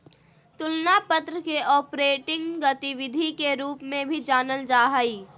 तुलना पत्र के ऑपरेटिंग गतिविधि के रूप में भी जानल जा हइ